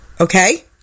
okay